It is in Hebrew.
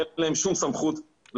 אין להם שום סמכות לעצור,